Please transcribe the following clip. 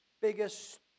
Biggest